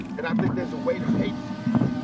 and i think there's a way to pay these people,